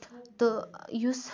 تہٕ یُس